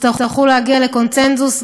יצטרכו להגיע לקונסנזוס,